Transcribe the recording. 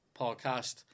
podcast